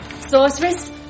Sorceress